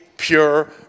Pure